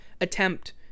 attempt